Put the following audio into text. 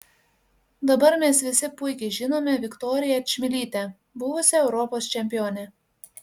dabar mes visi puikiai žinome viktoriją čmilytę buvusią europos čempionę